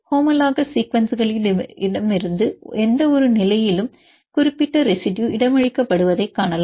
homologous சீக்வென்ஸ்களிலிருந்து எந்தவொரு நிலையிலும் குறிப்பிட்ட ரெசிடுயு இடமளிக்கப்படுவதைக் காணலாம்